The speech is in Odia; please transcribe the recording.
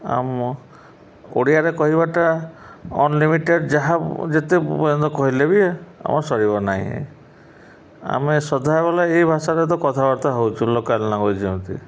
ଆମ ଓଡ଼ିଆରେ କହିବାଟା ଅନ୍ଲିମିଟେଡ଼୍ ଯାହା ଯେତେ ପର୍ଯ୍ୟନ୍ତ କହିଲେ ବି ଆମ ସରିବ ନାହିଁ ଆମେ ସଦାବେଳେ ଏଇ ଭାଷାରେ ତ କଥାବାର୍ତ୍ତା ହେଉଛୁ ଲୋକଲ ଲାଙ୍ଗୁଏଜ୍ ଯେମିତି